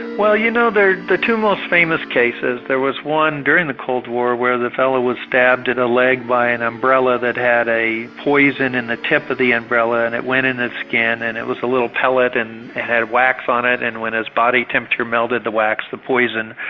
well you know, the the two most famous cases, there was one during the cold war where the fellow was stabbed in the leg by an umbrella that had a poison in the tip of the umbrella and it went in his ah skin, and it was a little pellet and had wax on it, and when his body temperature melted the wax, the poison,